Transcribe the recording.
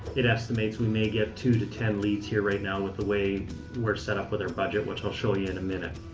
it estimates we may get two to ten leads here right now with the way we're set up with our budget, which i'll show you in a minute.